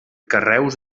carreus